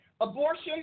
Abortion